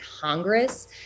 Congress